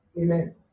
Amen